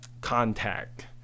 contact